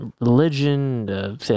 Religion